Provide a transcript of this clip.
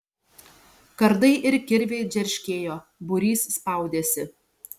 kardai ir kirviai džerškėjo būrys spaudėsi